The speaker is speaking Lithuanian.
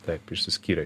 taip išsiskyrė